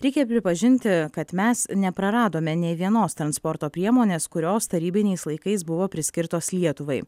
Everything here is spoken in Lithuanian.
reikia pripažinti kad mes nepraradome nei vienos transporto priemonės kurios tarybiniais laikais buvo priskirtos lietuvai